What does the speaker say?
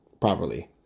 properly